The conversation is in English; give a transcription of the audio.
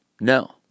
No